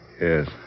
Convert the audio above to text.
Yes